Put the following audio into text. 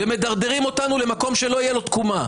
ומדרדרים אותנו למקום שלא תהיה לו תקומה.